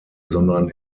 sondern